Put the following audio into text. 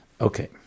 Okay